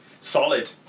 Solid